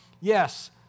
Yes